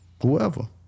whoever